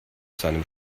seinem